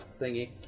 thingy